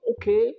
okay